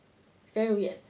very weird